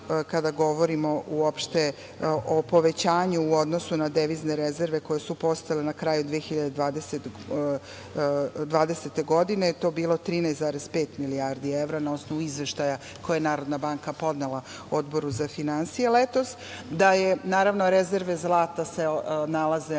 kada govorimo o povećanju u odnosu na devizne rezerve koje su postojale na kraju 2020. godine, to bilo 13,5 milijardi evra na osnovu izveštaja koji je NBS podnela Odboru za finansije letos. Rezerve zlata se nalaze